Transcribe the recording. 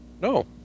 No